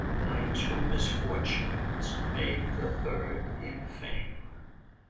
by two misfortunes made the third in fame.